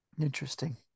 Interesting